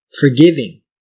Forgiving